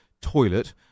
toilet